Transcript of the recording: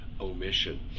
omission